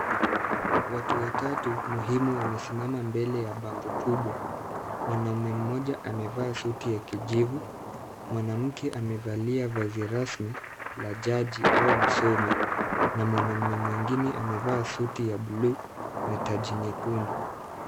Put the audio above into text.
Watu watatu muhimu wamesimama mbele ya bango kubwa. Mwanaume mmoja amevaa suti ya kijivu. Mwanamke amevalia vazi rasmi la jaji au msomi na mwanaume mwingine amevaa suti ya buluu na taji nyekundu.